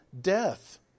death